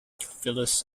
phyllis